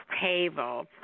table